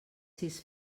sis